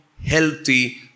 healthy